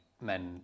men